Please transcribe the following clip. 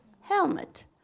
Helmet